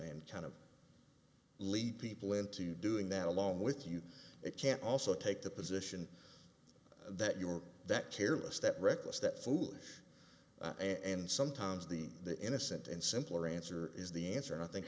then kind of lead people into doing that along with you it can also take the position that you were that careless that reckless that foolish and sometimes the the innocent and simpler answer is the answer and i think